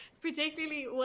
Particularly